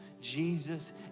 Jesus